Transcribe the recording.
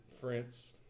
France